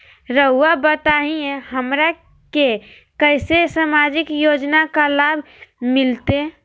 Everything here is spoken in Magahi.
रहुआ बताइए हमरा के कैसे सामाजिक योजना का लाभ मिलते?